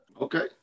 Okay